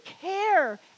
care